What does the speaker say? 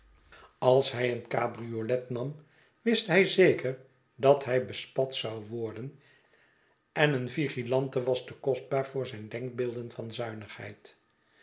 als hij een cabriolet nam wist hij zeker dat hij bespat zou worden en een vigilante was te kostbaar voor zijn denkbeelden van zuinigheid